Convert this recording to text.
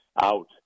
out